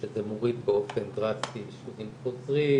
שזה מוריד באופן דרסטי אשפוזים חוזרים